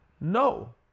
No